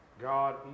God